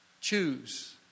choose